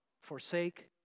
forsake